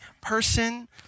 person